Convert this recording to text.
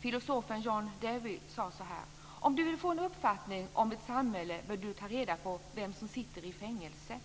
Filosofen John Dewey har sagt: "Om du vill få en uppfattning om ett samhälle bör du ta reda på vem som sitter i fängelse."